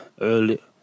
Early